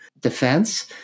defense